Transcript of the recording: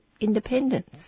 independence